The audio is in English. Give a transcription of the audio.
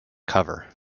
cover